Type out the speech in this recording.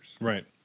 Right